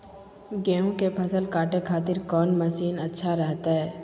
गेहूं के फसल काटे खातिर कौन मसीन अच्छा रहतय?